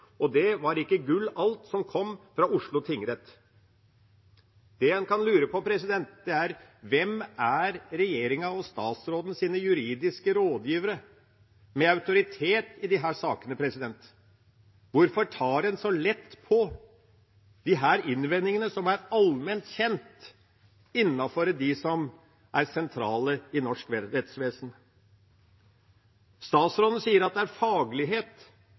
og det var ikke «gull» alt som kom fra Oslo tingrett!» Det en kan lure på, er: Hvem er regjeringa og statsrådens juridiske rådgivere, med autoritet i disse sakene? Hvorfor tar en så lett på de innvendingene som er allment kjent blant dem som er sentrale i norsk rettsvesen? Statsråden sier at det er faglighet,